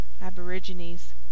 aborigines